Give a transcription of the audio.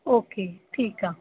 ओ के ठीकु आहे